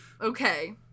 Okay